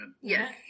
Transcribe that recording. Yes